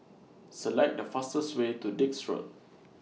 Select The fastest Way to Dix Road